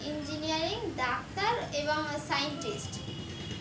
engineering doctor এবং scientist